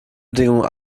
bedingungen